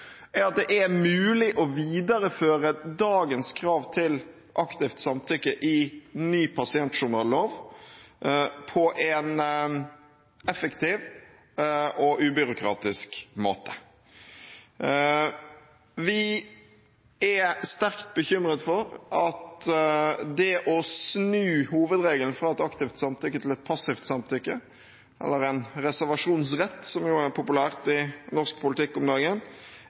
at det er mulig å videreføre dagens krav til aktivt samtykke i ny pasientjournallov på en effektiv og ubyråkratisk måte. Vi er sterkt bekymret for at det å snu hovedregelen fra et aktivt samtykke til et passivt samtykke, eller en reservasjonsrett, som jo er populært i norsk politikk om